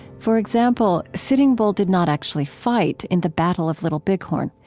for example, sitting bull did not actually fight in the battle of little bighorn.